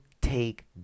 take